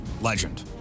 legend